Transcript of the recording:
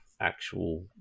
actual